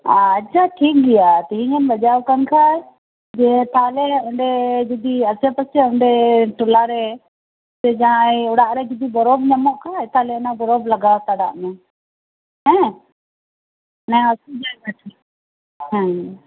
ᱟᱪᱪᱷᱟ ᱴᱷᱤᱠ ᱜᱮᱭᱟ ᱛᱤᱦᱤᱧ ᱮᱢ ᱵᱟᱡᱟᱣ ᱟᱠᱟᱱᱟ ᱠᱷᱟᱱ ᱡᱮ ᱛᱟᱦᱚᱞᱮ ᱚᱸᱰᱮ ᱡᱩᱫᱤ ᱟᱥᱮ ᱯᱟᱥᱮ ᱚᱸᱰᱮ ᱴᱚᱞᱟ ᱨᱮ ᱥᱮ ᱡᱟᱦᱟᱭ ᱚᱲᱟᱜ ᱨᱮ ᱡᱩᱫᱤ ᱵᱚᱨᱚᱯ ᱧᱟᱢᱚᱜ ᱠᱷᱟᱱ ᱛᱟᱦᱚᱞᱮ ᱚᱱᱟ ᱵᱚᱨᱚᱯ ᱞᱟᱜᱟᱣ ᱦᱟᱛᱟᱲᱟᱜ ᱢᱮ ᱦᱮᱸ ᱚᱱᱮ ᱦᱟᱥᱩᱭᱮᱫ ᱢᱮ ᱴᱷᱮᱱ ᱦᱮᱸ